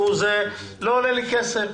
זה לא עולה לי כסף.